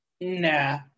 Nah